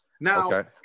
Now